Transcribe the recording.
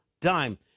dime